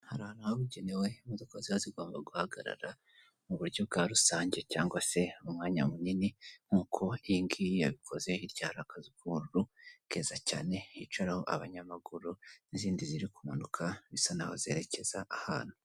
Hari ahantu habugenewe imodoka ziba zigomba guhagarara mu buryo bwa rusange cyangwa se umwanya munini nkuko iyi ngiyi yabikoze hirya hari akazuru keza cyane hicaraho abanyamaguru n'izindi ziri kumanuka bisa n'aho zerekeza ahantu.